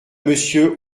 monsieur